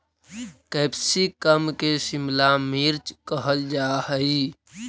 capsicum के शिमला मिर्च कहल जा हइ